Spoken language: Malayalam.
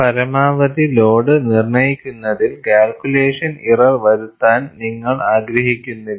പരമാവധി ലോഡ് നിർണയിക്കുന്നതിൽ കാൽകുലേഷൻ ഇറർ വരുത്താൻ നിങ്ങൾ ആഗ്രഹിക്കുന്നില്ല